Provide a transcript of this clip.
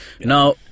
Now